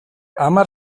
hamar